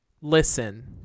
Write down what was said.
listen